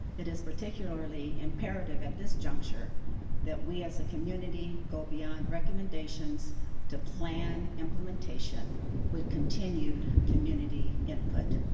it is particularly imperative at this juncture that we as a community go beyond recommendations to plan implementation with continued community input.